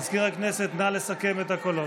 מזכיר הכנסת, נא לסכם את הקולות.